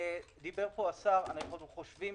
אגב, זה לא רק תחבורה.